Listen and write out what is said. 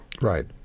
right